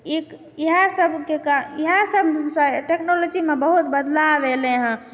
इएहा सभके कारण इएहा सभसँ टेक्नोलॉजीमऽ बहुत बदलाव एलय हँ